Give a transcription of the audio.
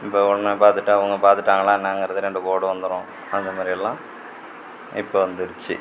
இப்போது உடனே பார்த்துட்டா அவங்க பார்த்துட்டாங்களா என்னாங்கிறது ரெண்டு கோடு வந்துடும் அந்த மாதிரியெல்லாம் இப்போது வந்துடுச்சு